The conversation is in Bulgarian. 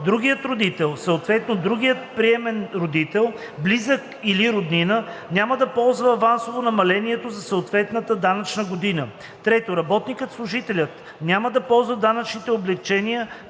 другият приемен родител, близък или роднина, няма да ползва авансово намалението за съответната данъчна година; 3. работникът/служителят няма да ползва данъчните облекченията